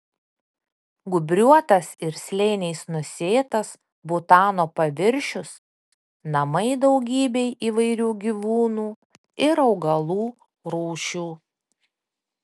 gūbriuotas ir slėniais nusėtas butano paviršius namai daugybei įvairių gyvūnų ir augalų rūšių